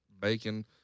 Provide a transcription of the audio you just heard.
bacon